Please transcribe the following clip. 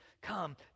come